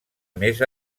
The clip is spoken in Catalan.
més